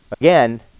Again